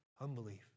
Unbelief